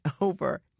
over